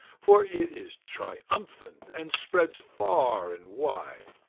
for it is triumphant and spreads far and wide.